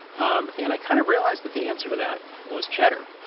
um and i kind of realized that the answer to that was cheddar.